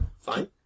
fine